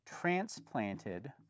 transplanted